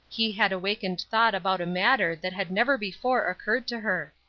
he had awakened thought about a matter that had never before occurred to her.